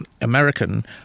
American